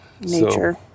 nature